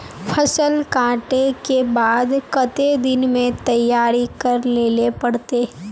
फसल कांटे के बाद कते दिन में तैयारी कर लेले पड़ते?